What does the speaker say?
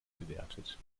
gewertet